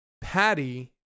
Patty